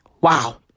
Wow